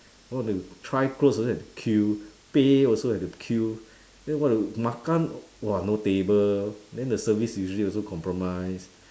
want to try clothes also have to queue pay also have to queue then want to makan !wah! no table then the service usually also compromised